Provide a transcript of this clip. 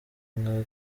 nka